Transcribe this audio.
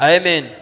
Amen